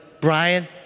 Brian